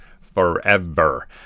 forever